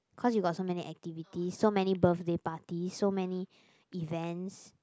cause you got so many activities so many birthday parties so many events